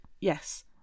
Yes